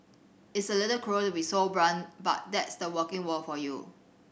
it's a little cruel to be so blunt but that's the working world for you